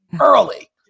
early